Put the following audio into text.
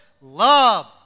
love